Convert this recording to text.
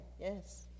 yes